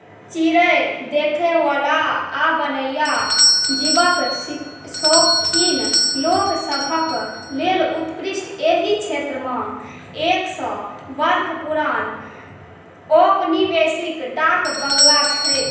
चिड़ै देखैवला आओर बनैआ जीवके शौकीन लोकसभके लेल उत्कृष्ट एहि क्षेत्रमे एक सए वर्ष पुरान औपनिवेशिक डाक बङ्गला छै